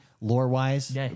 lore-wise